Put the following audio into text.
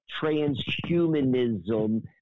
transhumanism